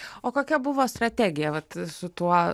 o kokia buvo strategija vat su tuo